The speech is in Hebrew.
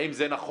האם זה נכון?